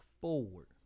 forward